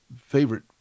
favorite